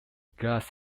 glass